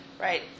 Right